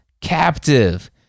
captive